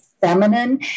feminine